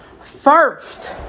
first